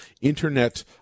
internet